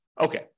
okay